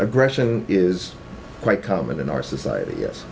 aggression is quite common in our society yes